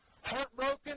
Heartbroken